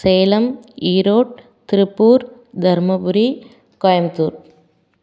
Salem Erode Tiruppur Dharmapuri Coimbatore